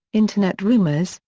internet rumors,